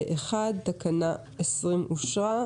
פה-אחד, תקנה 20 אושרה.